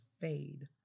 fade